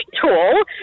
tall